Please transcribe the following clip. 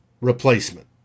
replacement